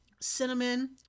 cinnamon